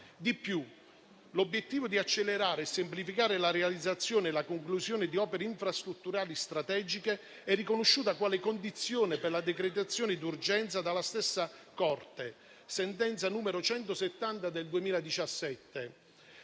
Di più, l'obiettivo di accelerare e semplificare la realizzazione e la conclusione di opere infrastrutturali strategiche è riconosciuta quale condizione per la decretazione d'urgenza dalla stessa Corte (sentenza n. 170 del 2017).